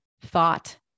thought